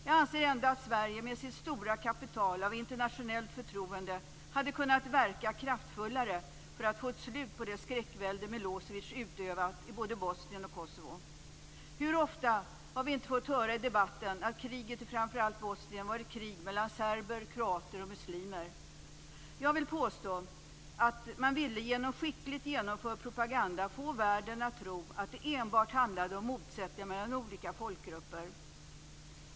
Jag anser ändå att Sverige med sitt stora kapital av internationellt förtroende hade kunnat verka kraftfullare för att få ett slut på det skräckvälde Milosevic utövat i både Bosnien och Kosovo. Hur ofta har vi inte fått höra i debatten att kriget i framför allt Bosnien var ett krig mellan serber, kroater och muslimer? Jag vill påstå att man genom skickligt genomförd propaganda ville få världen att tro att det enbart handlade om motsättningar mellan olika folkgrupper.